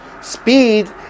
Speed